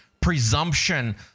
presumption